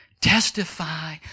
testify